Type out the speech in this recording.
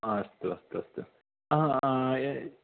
अस्तु अस्तु अस्तु हा हा ए